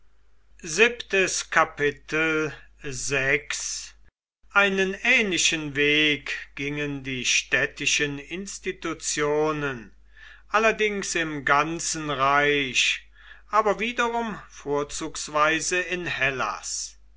einen ähnlichen weg gingen die städtischen institutionen allerdings im ganzen reich aber wiederum vorzugsweise in hellas